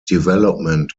development